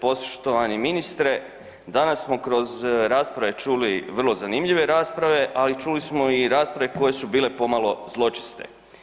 Poštovani ministre, danas smo kroz rasprave čuli vrlo zanimljive rasprave, ali čuli smo i rasprave koje su bile pomalo zločeste.